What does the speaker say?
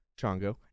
chongo